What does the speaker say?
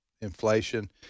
inflation